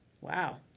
Wow